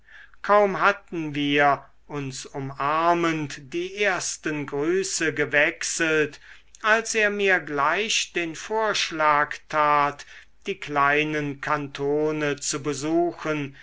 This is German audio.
kaum hatten wir uns umarmend die ersten grüße gewechselt als er mir gleich den vorschlag tat die kleinen kantone zu besuchen